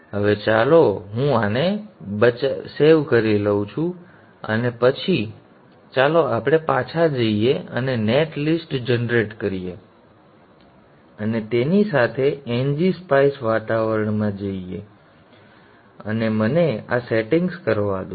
હવે ચાલો હું આને બચાવી શકું અને પછી ચાલો આપણે પાછા જઈએ અને નેટ લિસ્ટ જનરેટ કરીએ અને તેની સાથે ngSpice વાતાવરણમાં જઈએ અને મને આ સેટિંગ્સ કરવા દો